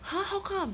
!huh! how come